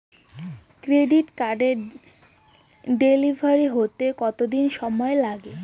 Credit কার্ডের delivery হতে কতদিন সময় লাগে?